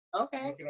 Okay